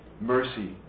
Mercy